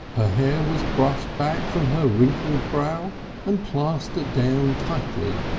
her hair was brushed back from her wrinkled brow and plastered down tightly,